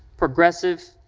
progressive,